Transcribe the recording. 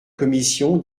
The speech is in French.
commission